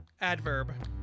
Adverb